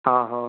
ହ ହଉ